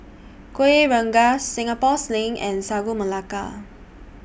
Kuih Rengas Singapore Sling and Sagu Melaka